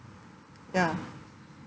ya